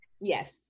Yes